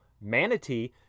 manatee